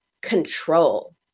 control